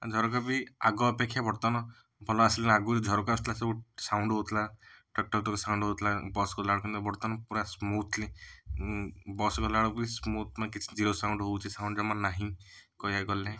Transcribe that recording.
ଝରକା ବି ଆଗ ଅପେକ୍ଷା ବର୍ତ୍ତମାନ ଭଲ ଆସିଲାଣି ଆଗରୁ ଝରକା ଆସୁଥିଲା ସବୁ ସାଉଣ୍ଡ ହଉଥିଲା ଟକ୍ ଟକ୍ ଯୋଉ ସାଉଣ୍ଡ ହଉଥିଲା ବସ୍ ଗଲା ବେଳକୁ ବର୍ତ୍ତମାନ ପୁରା ସ୍ମୁଥ୍ଲି ବସ୍ ଗଲା ବେଳକୁ ସ୍ମୁଥ୍ ମାନେ କିଛି ଜିରୋ ସାଉଣ୍ଡ ହଉଛି ସାଉଣ୍ଡ ଜମା ନାହିଁ କହିବାକୁ ଗଲେ